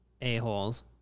A-holes